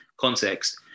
context